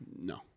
No